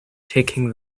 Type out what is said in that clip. taking